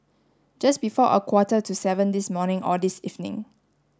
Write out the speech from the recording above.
just before a quarter to seven this morning or this evening